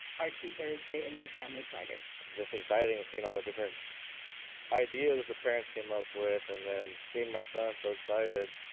artsy thursday and then family friday. it's just exciting and seeing all the different ideas that the parents came up with and then seeing my son so excited,